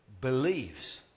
believes